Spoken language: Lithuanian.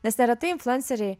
nes neretai influenceriai